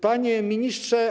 Panie Ministrze!